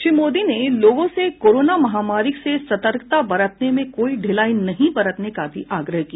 श्री मोदी ने लोगों से कोरोना महामारी से सतर्कता बरतने में कोई ढिलाई नहीं बरतने का भी आग्रह किया